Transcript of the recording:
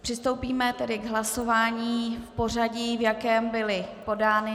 Přistoupíme tedy k hlasování v pořadí, v jakém byly podány.